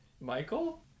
Michael